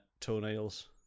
toenails